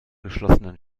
geschlossenen